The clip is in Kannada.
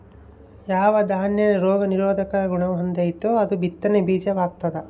ಯಾವ ದಾನ್ಯ ರೋಗ ನಿರೋಧಕ ಗುಣಹೊಂದೆತೋ ಅದು ಬಿತ್ತನೆ ಬೀಜ ವಾಗ್ತದ